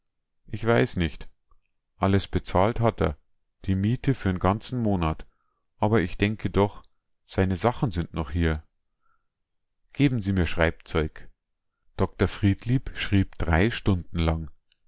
ich weiß nich alles bezahlt hat a die miete für n ganzen monat aber ich denke doch seine sachen sind noch hier geben sie mir schreibzeug dr friedlieb schrieb drei stunden lang